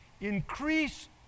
Increase